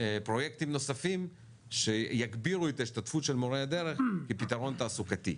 פרויקטים נוספים שיגבירו את ההשתתפות של מורי הדרך כפתרון תעסוקתי.